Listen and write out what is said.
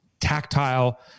tactile